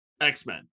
X-Men